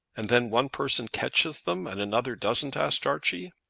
and then one person catches them, and another doesn't? asked archie.